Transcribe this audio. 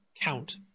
count